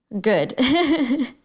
good